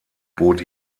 bot